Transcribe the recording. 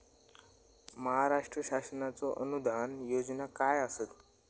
महाराष्ट्र शासनाचो अनुदान योजना काय आसत?